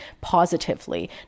positively